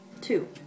Two